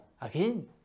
again